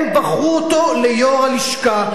הם בחרו אותו ליושב-ראש הלשכה.